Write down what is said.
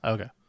Okay